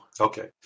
Okay